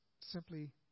simply